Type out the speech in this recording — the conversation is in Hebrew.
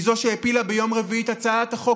היא שהפילה ביום רביעי את הצעת החוק